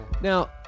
Now